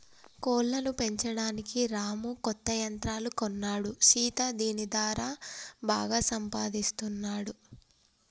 కోళ్లను పెంచడానికి రాము కొత్త యంత్రాలు కొన్నాడు సీత దీని దారా బాగా సంపాదిస్తున్నాడు